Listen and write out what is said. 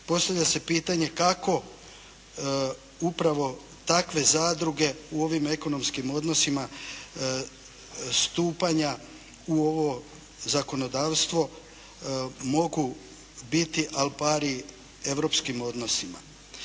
Postavlja se pitanje kako upravo takve zadruge u ovim ekonomskim odnosima stupanja u ovo zakonodavstvo mogu biti "al pári" europskim odnosima.